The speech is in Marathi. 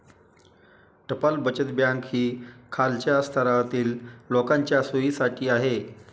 टपाल बचत बँक ही खालच्या स्तरातील लोकांच्या सोयीसाठी आहे